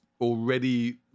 already